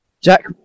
Jack